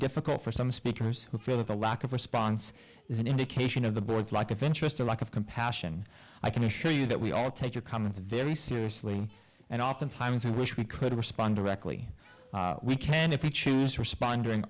difficult for some speakers who feel that the lack of response is an indication of the boards like of interest or lack of compassion i can assure you that we all take your comments very seriously and oftentimes we wish we could respond directly we can if you choose respond